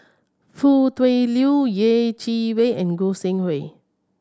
Foo Tui Liew Yeh Chi Wei and Goi Seng Hui